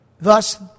Thus